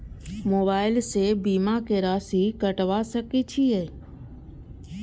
Mobile से बीमा के राशि कटवा सके छिऐ?